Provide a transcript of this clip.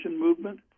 movement